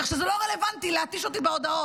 כך שזה לא רלוונטי להתיש אותי בהודעות.